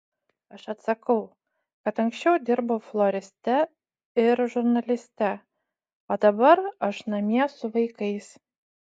aš atsakau kad anksčiau dirbau floriste ir žurnaliste o dabar aš namie su vaikais